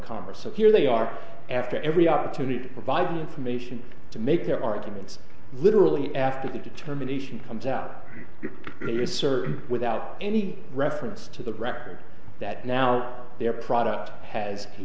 congress so here they are after every opportunity to provide the information to make their arguments literally after the determination comes out it's certain without any reference to the record that now their product has